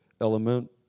element